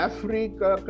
Africa